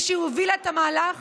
מי שהובילה את המהלך